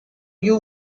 you